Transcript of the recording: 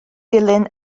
dilyn